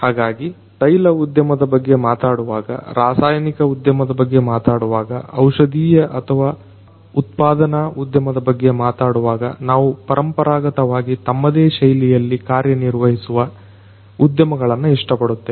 ಹಾಗಾಗಿ ತೈಲ ಉದ್ಯಮದ ಬಗ್ಗೆ ಮಾತಾಡುವಾಗ ರಾಸಾಯನಿಕ ಉದ್ಯಮದ ಬಗ್ಗೆ ಮಾತಾಡುವಾಗ ಔಷಧೀಯ ಅಥವಾ ಉತ್ಪಾದನಾ ಉದ್ಯಮದ ಬಗ್ಗೆ ಮಾತಾಡುವಾಗ ನಾವು ಪರಂಪರಾಗತವಾಗಿ ತಮ್ಮದೇ ಶೈಲಿಯಲ್ಲಿ ಕಾರ್ಯನಿರ್ವಹಿಸುವ ಉದ್ಯಮಗಳನ್ನ ಇಷ್ಟಪಡುತ್ತೇವೆ